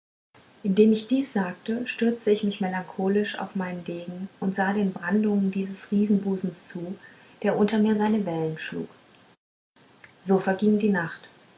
indem ich dies sagte stützte ich mich melancholisch auf meinen degen und sah den brandungen dieses riesenbusens zu der unter mir seine wellen schlug so verging die nacht